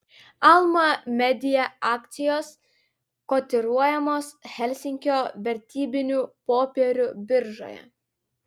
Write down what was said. alma media akcijos kotiruojamos helsinkio vertybinių popierių biržoje